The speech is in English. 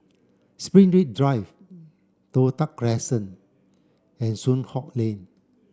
Springleaf Drive Toh Tuck Crescent and Soon Hock Lane